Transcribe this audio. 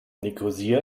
nikosia